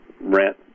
rent